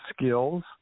skills